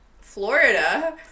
Florida